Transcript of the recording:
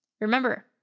Remember